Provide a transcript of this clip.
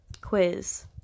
quiz